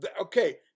Okay